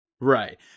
Right